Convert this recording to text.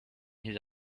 his